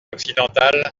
occidentale